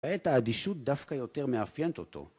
‫הייתה אדישות דווקא יותר מאפיינת אותו.